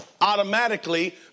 automatically